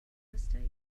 mistake